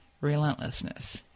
relentlessness